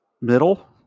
middle